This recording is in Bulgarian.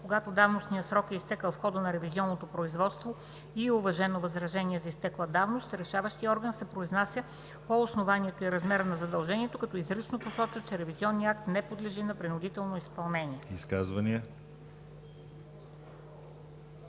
„Когато давностният срок е изтекъл в хода на ревизионното производство и е уважено възражение за изтекла давност, решаващият орган се произнася по основанието и размера на задължението, като изрично посочва, че ревизионният акт не подлежи на принудително изпълнение.“